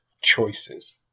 choices